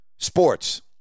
Sports